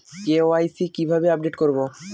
KYC কিভাবে update করব?